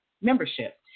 membership